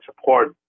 support